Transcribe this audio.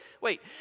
wait